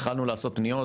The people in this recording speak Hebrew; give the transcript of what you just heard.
התחלנו לעשות פניות.